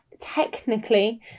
technically